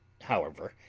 however,